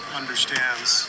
understands